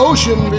Ocean